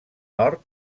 nord